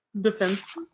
defense